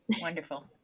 Wonderful